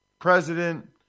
president